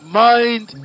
mind